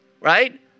right